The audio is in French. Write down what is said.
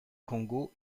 congo